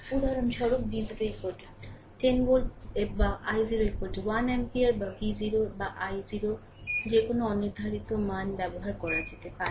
উদাহরণস্বরূপ V0 10 volt বা i0 1 ampere বা v0 বা i0 এর কোনও অনির্ধারিত মান ব্যবহার করতে পারে